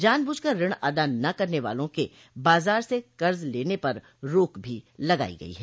जानबूझकर ऋण अदा न करने वालों के बाजार से कर्जे लेने पर रोक भी लगाई गई है